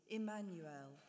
Emmanuel